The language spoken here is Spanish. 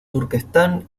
turquestán